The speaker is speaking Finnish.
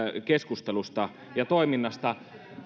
keskustelusta ja toiminnasta